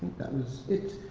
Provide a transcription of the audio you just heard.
that was it.